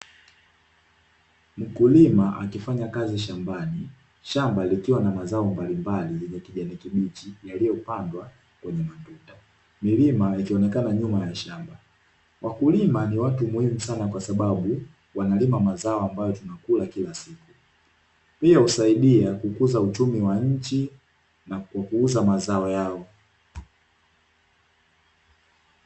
Mkulima akifanya kazi shambani. Shamba likiwa na mazao mbalimbali yenye kijani kibichi yaliyopandwa kwenye matuta. Milima ikionekana nyuma ya shamba. Wakulima ni watu muhimu sana kwasababu wanalima mazao ambayo tunakula kila siku. Pia husaidia kukuza uchumi wa nchi kwa kuuza mazao yao.